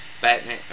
Batman